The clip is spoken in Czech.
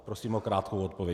Prosím o krátkou odpověď.